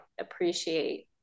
appreciate